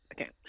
Okay